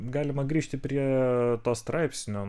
galima grįžti prie to straipsnio